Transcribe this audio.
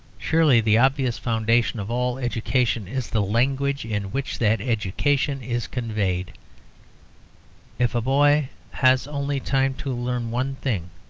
surely the obvious foundation of all education is the language in which that education is conveyed if a boy has only time to learn one thing,